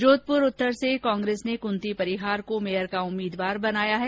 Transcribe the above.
जोधपुर उत्तर से कांग्रेस ने कृंती परिहार को मेयर का उम्मीदवार बनाया है